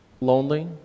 lonely